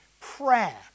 prayer